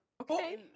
okay